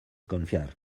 confiar